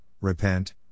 repent